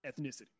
ethnicity